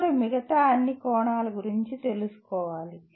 ఒకరు మిగతా అన్ని కోణాల గురించి తెలుసుకోవాలి